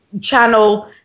channel